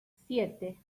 siete